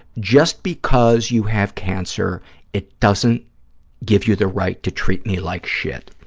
just because you have cancer it doesn't give you the right to treat me like shit.